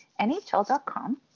NHL.com